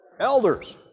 Elders